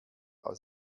aus